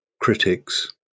critics